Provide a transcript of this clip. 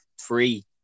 three